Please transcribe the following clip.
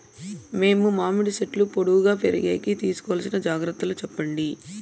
మేము మామిడి చెట్లు పొడువుగా పెరిగేకి తీసుకోవాల్సిన జాగ్రత్త లు చెప్పండి?